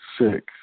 six